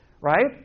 right